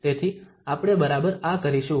તેથી આપણે બરાબર આ કરીશું